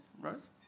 Rose